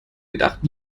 gedacht